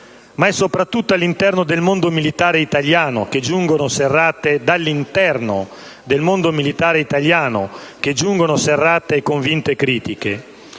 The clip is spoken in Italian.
Ma è soprattutto dall'interno del mondo militare italiano che giungono serrate e convinte critiche.